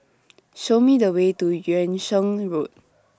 Show Me The Way to Yung Sheng Road